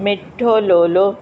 मिठो लोलो